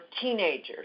teenagers